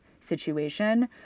situation